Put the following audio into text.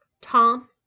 Tom